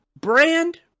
brand